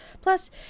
Plus